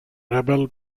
rebel